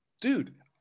dude